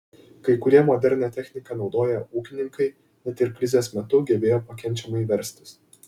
kai kurie modernią techniką naudoję ūkininkai net ir krizės metu gebėjo pakenčiamai verstis